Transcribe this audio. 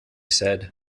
said